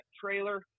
trailer